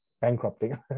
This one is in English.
bankrupting